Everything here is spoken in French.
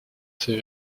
ses